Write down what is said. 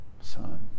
Son